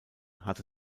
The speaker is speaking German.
hat